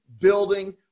building